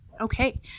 Okay